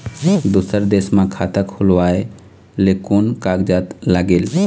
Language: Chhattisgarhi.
दूसर देश मा खाता खोलवाए ले कोन कागजात लागेल?